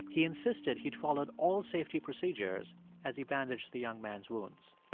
he insisted he'd followed all safety procedures as he bandaged the young man's wounds.